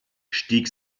stieg